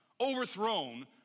overthrown